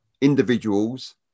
individuals